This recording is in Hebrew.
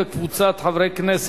הרווחה והבריאות.